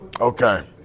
Okay